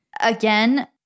again